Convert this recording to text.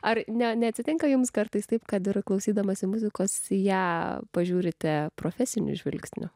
ar ne neatitinka jums kartais taip kad ir klausydamasi muzikos ją pažiūrite profesiniu žvilgsniu